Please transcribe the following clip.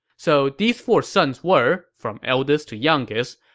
so these four sons were, from eldest to youngest,